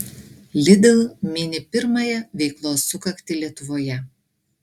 lidl mini pirmąją veiklos sukaktį lietuvoje